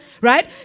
Right